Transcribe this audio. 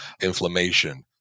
inflammation